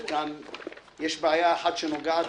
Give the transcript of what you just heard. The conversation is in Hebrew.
יש בעיה אחת, שנוגעת